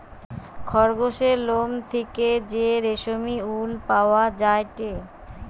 খরগোসের লোম থেকে যে রেশমি উল পাওয়া যায়টে